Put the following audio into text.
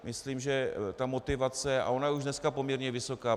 Myslím, že ta motivace už je dneska poměrně vysoká.